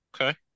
Okay